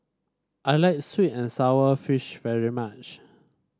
I like sweet and sour fish very much